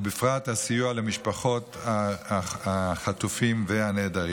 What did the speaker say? ובפרט הסיוע למשפחות החטופים והנעדרים.